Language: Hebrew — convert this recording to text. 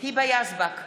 היבה יזבק,